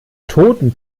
toten